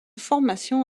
formation